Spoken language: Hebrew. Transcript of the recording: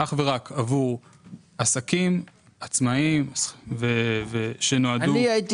אך ורק עבור עסקים ועצמאים שנועדו --- אני הייתי